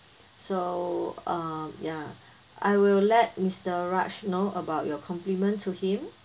so uh ya I will let mister raj know about your compliment to him